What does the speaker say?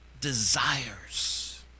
desires